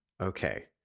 Okay